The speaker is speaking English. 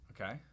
okay